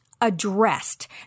addressed